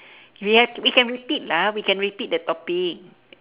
we have we can repeat lah we can repeat the topic